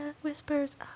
whispers